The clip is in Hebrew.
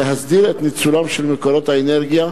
היא להסדיר את ניצולם של מקורות האנרגיה,